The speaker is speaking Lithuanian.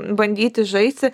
bandyti žaisti